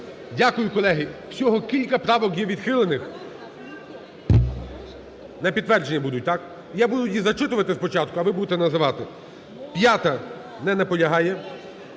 Дякую. Колеги, всього кілька правок є відхилених. На підтвердження будуть, так? Я буду їх зачитувати спочатку, а ви будете називати. 5-а. Не наполягає.